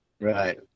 Right